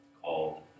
called